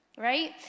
Right